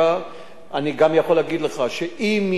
אני גם יכול להגיד לך שאם יש תלונות